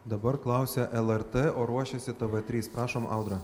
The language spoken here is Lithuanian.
dabar klausia lrt o ruošiasi tv trys prašom audra